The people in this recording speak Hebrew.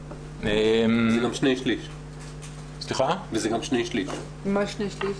וזה גם 2/3. מה 2/3?